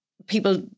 people